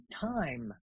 time